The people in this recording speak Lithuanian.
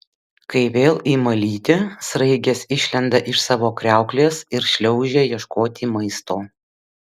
kai vėl ima lyti sraigės išlenda iš savo kriauklės ir šliaužia ieškoti maisto